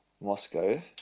Moscow